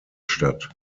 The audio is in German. statt